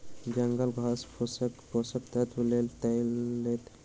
जंगली घास फसीलक पोषक तत्व लअ लैत अछि